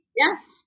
Yes